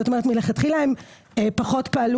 זאת אומרת מלכתחילה הם פעלו פחות בערוץ